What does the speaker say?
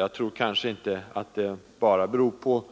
Jag tror att det inte bara beror på